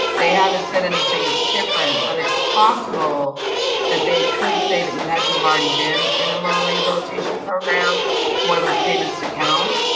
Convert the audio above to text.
they haven't said anything different. but it's possible that they could say that you had to have already been in a loan rehabilitation program for those payments to count.